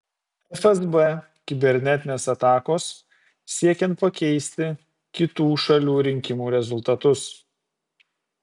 fsb kibernetinės atakos siekiant pakeisti kitų šalių rinkimų rezultatus